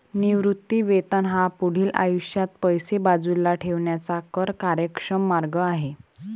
निवृत्ती वेतन हा पुढील आयुष्यात पैसे बाजूला ठेवण्याचा कर कार्यक्षम मार्ग आहे